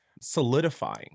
solidifying